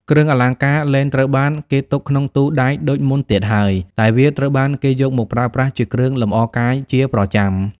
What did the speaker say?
គ្រឿងអលង្ការលែងត្រូវបានគេទុកក្នុងទូដែកដូចមុនទៀតហើយ តែវាត្រូវបានគេយកមកប្រើប្រាស់ជាគ្រឿងលម្អកាយជាប្រចាំ។